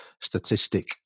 Statistic